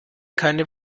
keine